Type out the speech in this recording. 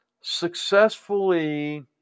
successfully